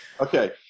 Okay